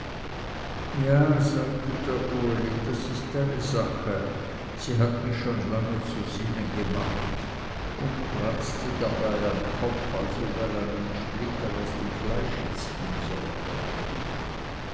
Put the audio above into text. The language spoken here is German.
ja sagte der uli das ist eine sache sie hat mich schon lange zu sinnen gemacht und kratzte dabei am kopf als ob er einen splitter aus dem fleische ziehen wollte